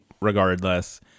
regardless